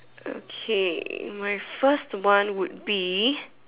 okay my first one would be